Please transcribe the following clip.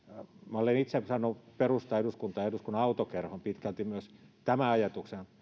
minä olen itse saanut perustaa eduskuntaan eduskunnan autokerhon pitkälti myös tämän ajatuksen